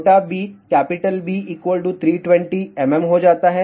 छोटा b capital B 320 mm हो जाता है